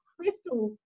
crystal